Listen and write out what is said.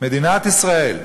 מדינת ישראל,